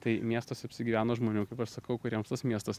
tai miestuos apsigyveno žmonių kaip aš sakau kuriems tas miestas